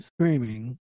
Screaming